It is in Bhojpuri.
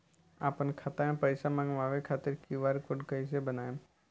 आपन खाता मे पईसा मँगवावे खातिर क्यू.आर कोड कईसे बनाएम?